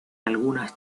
algunas